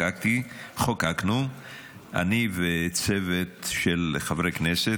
חוקקנו אני וצוות של חברי כנסת.